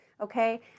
Okay